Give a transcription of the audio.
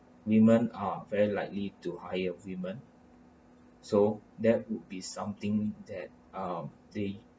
women are very likely to hire women so that would be something that ah they